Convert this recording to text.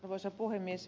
arvoisa puhemies